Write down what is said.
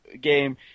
game